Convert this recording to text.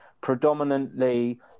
predominantly